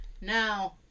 Now